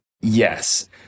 Yes